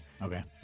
Okay